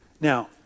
Now